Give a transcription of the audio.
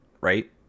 Right